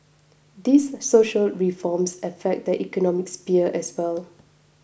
these social reforms affect the economic sphere as well